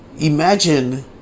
imagine